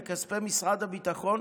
בכספי משרד הביטחון,